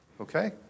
Okay